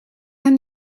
hem